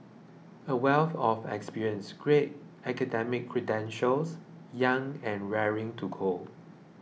a wealth of experience great academic credentials young and raring to go